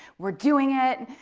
we're doing it!